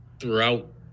throughout